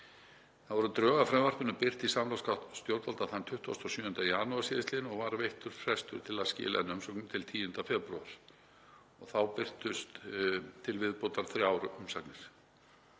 Þá voru drög að frumvarpinu birt í samráðsgátt stjórnvalda þann 27. janúar sl. og var veittur frestur til að skila inn umsögnum til 10. febrúar en þá birtust til viðbótar þrjár umsagnir.